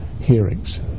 hearings